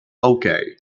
okay